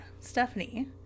Stephanie